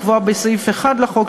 הקבועה בסעיף 1 לחוק,